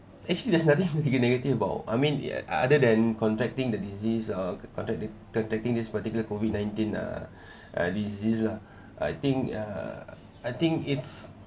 actually there's nothing you can negative about I mean other than contracting the disease or contract contracting this particular COVID nineteen err uh disease uh I think uh I think it's